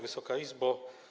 Wysoka Izbo!